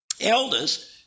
Elders